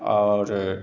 आओर